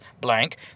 blank